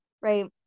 right